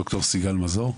ד"ר סיגל מזור,